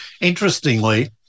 Interestingly